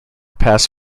past